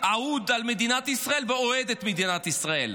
אהוד במדינת ישראל ואוהד את מדינת ישראל.